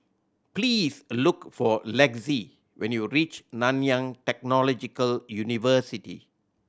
please look for Lexi when you reach Nanyang Technological University